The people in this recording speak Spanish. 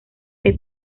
que